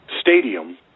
stadium